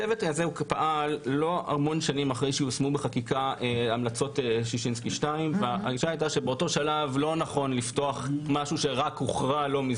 הצוות פעל לא המון שנים אחרי שיושמו בחקיקה המלצות ששינסקי 2. הגישה הייתה שבאותו זמן לא נכון לפתוח משהו שרק הוכרע לא מזמן.